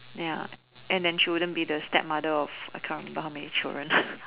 ya and then she wouldn't be the stepmother of a count but how many children